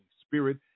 Spirit